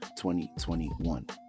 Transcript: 2021